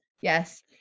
Yes